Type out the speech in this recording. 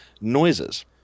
noises